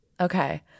Okay